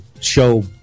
show